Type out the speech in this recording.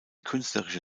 künstlerische